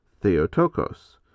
theotokos